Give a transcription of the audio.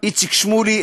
איציק שמולי,